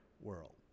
world